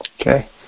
Okay